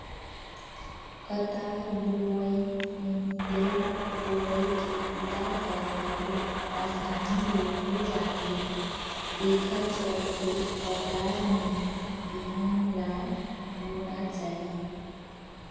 कतार बोवई में निंदई कोड़ई के बूता हर घलो असानी ले हो जाथे तेखर चलते कतार में बिहन ल बोना चाही